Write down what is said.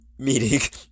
meeting